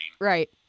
Right